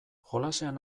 jolasean